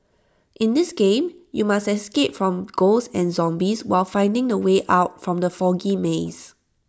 in this game you must escape from ghosts and zombies while finding the way out from the foggy maze